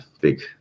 big